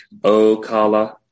Ocala